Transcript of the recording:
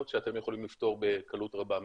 שאתם יכולים לפתור בקלות רבה מאוד.